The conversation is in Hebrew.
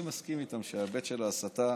אני מסכים איתם שההיבט של ההסתה,